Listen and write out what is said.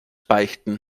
beichten